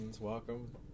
welcome